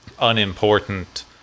unimportant